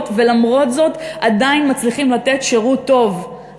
ולמרות זאת עדיין מצליחים לתת שירות טוב.